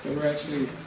we're actually